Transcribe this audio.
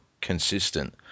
consistent